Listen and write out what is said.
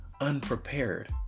unprepared